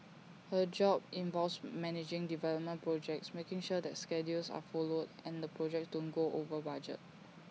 her job involves managing development projects making sure that schedules are followed and the projects don't go over budget